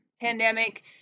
pandemic